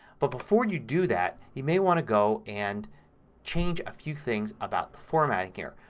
but before you do that you may want to go and change a few things about the formatting here.